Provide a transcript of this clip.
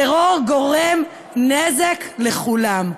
טרור גורם נזק לכולם.